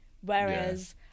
whereas